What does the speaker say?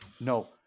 no